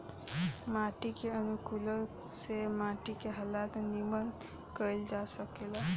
माटी के अनुकूलक से माटी के हालत निमन कईल जा सकेता